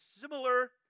similar